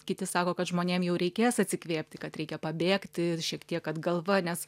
kiti sako kad žmonėm jau reikės atsikvėpti kad reikia pabėgti šiek tiek kad galva nes